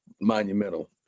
monumental